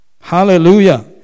Hallelujah